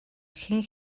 хэн